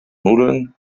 nudeln